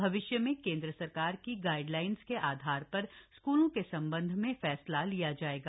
भविष्य में केंद्र सरकार की गाईडलाइन के आधार पर स्कूल के संबंध में निर्णय लिया जाएगा